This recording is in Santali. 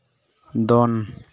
ᱫᱚᱱ